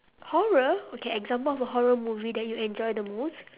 horror okay example of a horror movie that you enjoy the most